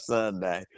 Sunday